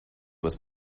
was